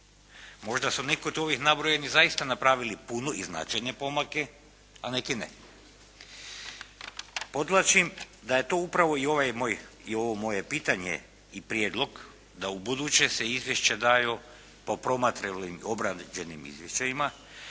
Možda su neki od ovih nabrojenih zaista napravili puno i značajne pomake a neki ne. Podvlačim da je to upravo i ovo moje pitanje i prijedlog da u buduće se izvješća daju po promatranim obrađenim izvještajima